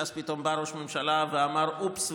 שאז פתאום בא ראש הממשלה ואמר: אופס,